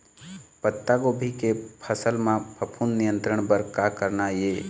पत्तागोभी के फसल म फफूंद नियंत्रण बर का करना ये?